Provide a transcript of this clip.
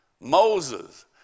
Moses